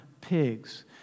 pigs